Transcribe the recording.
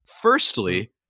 Firstly